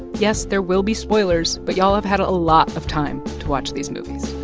yes, there will be spoilers, but y'all have had a lot of time to watch these movies